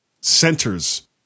centers